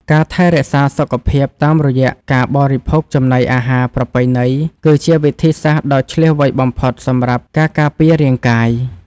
ការថែរក្សាសុខភាពតាមរយៈការបរិភោគចំណីអាហារប្រពៃណីគឺជាវិធីសាស្ត្រដ៏ឈ្លាសវៃបំផុតសម្រាប់ការការពាររាងកាយ។